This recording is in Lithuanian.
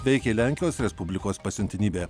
veikė lenkijos respublikos pasiuntinybė